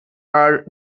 are